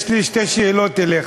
יש לי שתי שאלות אליך,